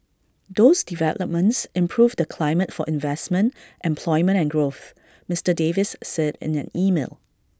those developments improve the climate for investment employment and growth Mister Davis said in an email